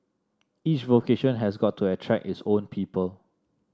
each vocation has got to attract its own people